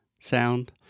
sound